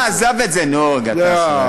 לא, עזוב את זה, נו, גטאס.